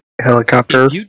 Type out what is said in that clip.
helicopter